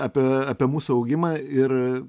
apie apie mūsų augimą ir